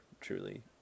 truly